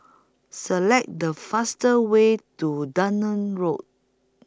Select The fastest Way to Dunman Road